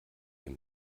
dem